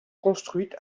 construite